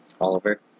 Oliver